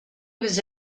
was